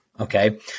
okay